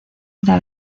era